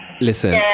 Listen